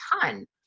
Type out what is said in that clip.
ton